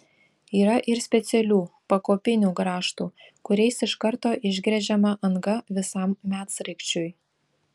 yra ir specialių pakopinių grąžtų kuriais iš karto išgręžiama anga visam medsraigčiui